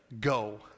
Go